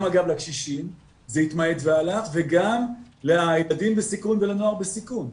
גם אגב לקשישים זה התמעט והלך וגם לילדים בסיכון ולנוער בסיכון.